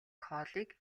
хоолыг